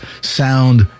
sound